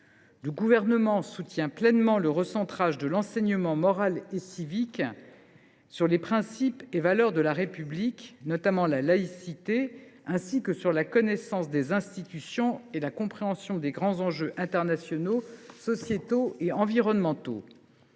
Le Gouvernement soutient pleinement le recentrage de l’enseignement moral et civique sur les principes et valeurs de la République, notamment la laïcité, ainsi que sur la connaissance des institutions et la compréhension des grands enjeux internationaux, sociétaux et environnementaux.